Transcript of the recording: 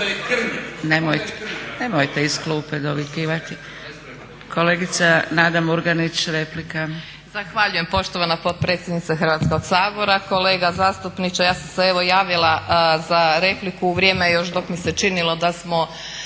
Zahvaljujem poštovana potpredsjednice Hrvatskoga sabora. Kolega zastupniče ja sam se evo javila za repliku u vrijeme još dok mi se činilo da smo